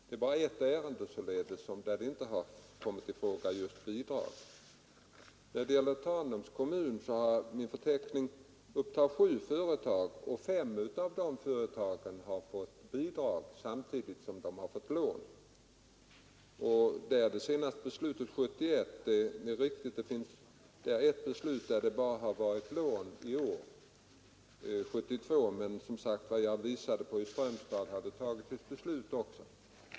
Det är alltså bara i ett fall som bidrag inte har kommit i fråga. Beträffande Tanums kommun upptar min förteckning sju företag, av vilka fem har fått bidrag samtidigt som de har fått lån. Där är det senaste beslutet från 1971. I ett fall har det bara beslutats lån. Det var 1972.